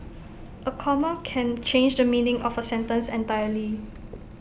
A comma can change the meaning of A sentence entirely